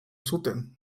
zuten